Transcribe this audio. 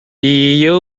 比尤特